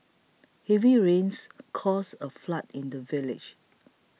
heavy rains caused a flood in the village